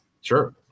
Sure